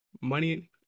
Money